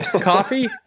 coffee